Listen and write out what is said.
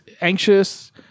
Anxious